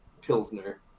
Pilsner